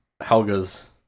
Helga's